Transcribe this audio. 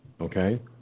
Okay